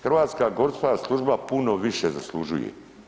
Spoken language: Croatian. Hrvatska gorska služba puno više zaslužuje.